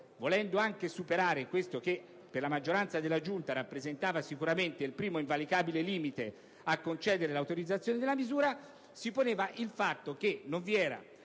volendo anche superare quello che per la maggioranza della Giunta rappresentava sicuramente il primo invalicabile limite a concedere l'autorizzazione della misura, si poneva il fatto che non vi era